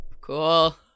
Cool